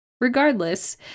Regardless